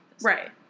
Right